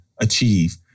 achieve